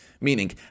Meaning